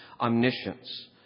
omniscience